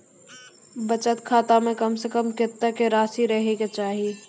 बचत खाता म कम से कम कत्तेक रासि रहे के चाहि?